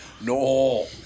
No